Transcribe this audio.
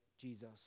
Jesus